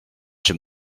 czy